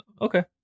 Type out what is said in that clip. Okay